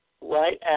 right